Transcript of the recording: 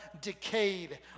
decayed